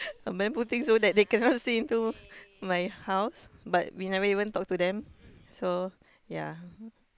a bamboo thing so that they cannot see into my house but we never even talk to them so ya